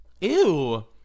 Ew